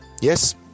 yes